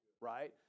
right